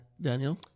Daniel